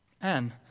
Anne